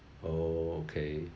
oh okay